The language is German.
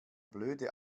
blöde